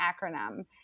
acronym